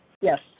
yes